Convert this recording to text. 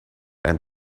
and